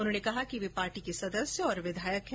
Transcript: उन्होंने कहा कि वे पार्टी के सदस्य और विधायक हैं